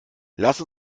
lass